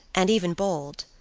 and even bold.